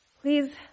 please